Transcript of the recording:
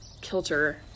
kilter